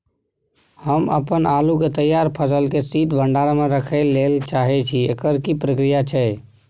हम अपन आलू के तैयार फसल के शीत भंडार में रखै लेल चाहे छी, एकर की प्रक्रिया छै?